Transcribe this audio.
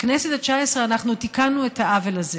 בכנסת התשע-עשרה אנחנו תיקנו את העוול הזה